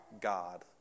God